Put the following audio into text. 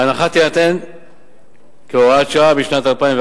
ההנחה תינתן כהוראת שעה בשנת 2011